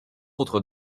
autres